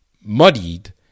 muddied